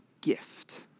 gift